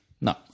No